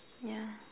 yeah